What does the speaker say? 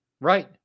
Right